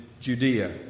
Judea